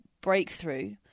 breakthrough